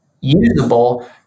usable